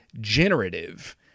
generative